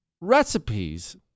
recipes